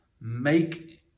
make